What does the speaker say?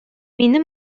мине